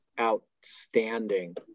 outstanding